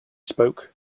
spoke